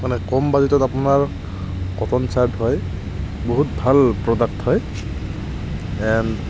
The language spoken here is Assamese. মানে কম বাজেটত আপোনাৰ কটন চাৰ্ট হয় বহুত ভাল প্ৰডাক্ট হয় এণ্ড